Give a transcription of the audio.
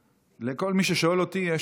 רבה לכם, חבריי חברי הכנסת.